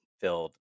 filled